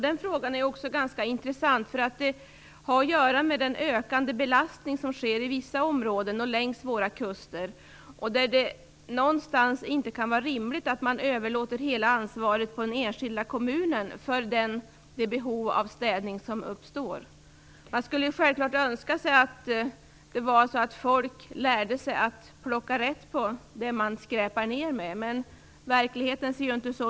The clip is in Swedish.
Den frågan är ganska intressant eftersom den har att göra med den ökande belastning som drabbar vissa områden längs våra kuster. Det kan inte vara rimligt att man överlåter hela ansvaret på den enskilda kommunen för det behov av städning som uppstår. Man skulle självklart önska att folk lärde sig att plocka rätt på det de skräpar ner med, men verkligheten ser ju inte ut så.